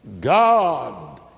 God